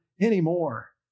anymore